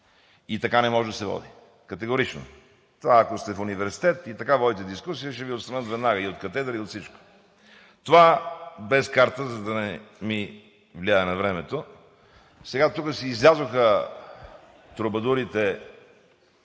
Така не може да се води, категорично. Ако сте в университет и така водите дискусия, ще Ви отстранят веднага и от катедра, и от всичко. Това без карта, за да не ми влияе на времето. Сега тук излязоха трубадурите,